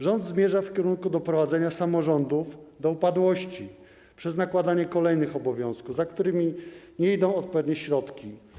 Rząd zmierza w kierunku doprowadzenia samorządów do upadłości przez nakładanie kolejnych obowiązków, za którymi nie idą odpowiednie środki.